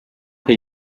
che